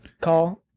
Call